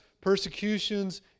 persecutions